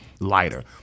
lighter